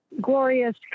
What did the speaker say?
glorious